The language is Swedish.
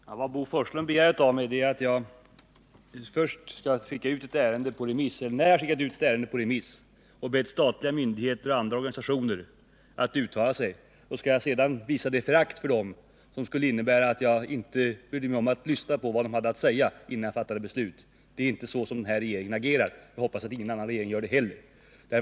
Herr talman! Vad Bo Forslund begär av mig är att jag, sedan jag skickat ut ärendet på remiss och bett statliga myndigheter och organisationer att uttala sig, skall visa det föraktet för remissinstanserna att jag inte bryr mig om att lyssna på vad de har att säga innan jag fattar beslut. Så agerar inte den här regeringen, och jag hoppas att ingen annan regering heller har gjort det.